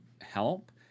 help